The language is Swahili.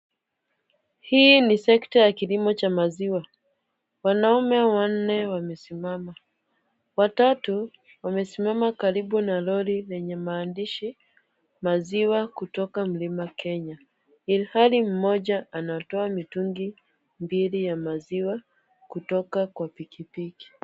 Hii ni sekta ya kilimo cha maziwa wanaume wanne wamesimama ,watatu wamesimama karibu na lori lenye maandishi "maziwa kutoka milima kenya" ilhali Moja anatoa mitungi mbili ya maziwa kutoka kwa pikipiki.